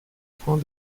point